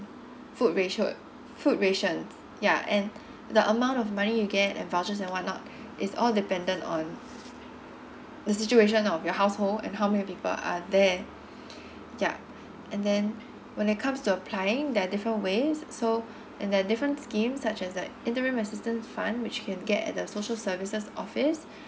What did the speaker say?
food ratio food ration ya and the amount of money you get and vouchers and what not it's all dependent on the situation of your household and how many people are there yup and then when it comes to applying there are different ways so and there are difference schemes such as like interim assistance fund which can get at the social services office